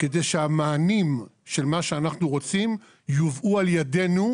כדי שהמענים של מה שאנחנו רוצים יובאו על ידנו,